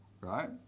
right